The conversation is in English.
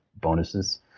bonuses